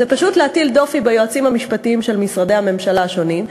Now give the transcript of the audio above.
פשוט להטיל דופי ביועצים המשפטיים של משרדי הממשלה השונים,